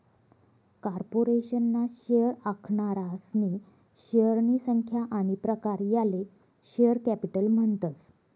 corporation ना share आखनारासनी शेअरनी संख्या आनी प्रकार याले शेअर कॅपिटल म्हणतस